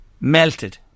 Melted